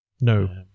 No